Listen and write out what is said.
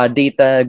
data